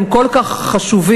הם כל כך חשובים.